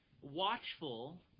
watchful